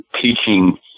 teaching